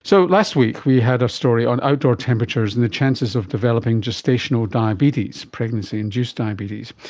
so last week we had a story on outdoor temperatures and the chances of developing gestational diabetes, pregnancy induced diabetes.